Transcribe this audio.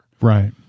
right